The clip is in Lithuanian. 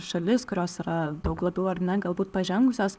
šalis kurios yra daug labiau ar ne galbūt pažengusios